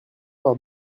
par